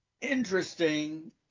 interesting